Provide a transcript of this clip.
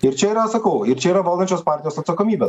ir čia yra sakau čia yra valdančios partijos atsakomybė